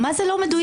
מה זה לא מדויק?